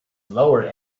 lower